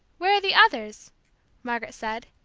where are the others' margaret said,